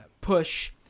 push